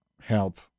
Help